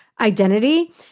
identity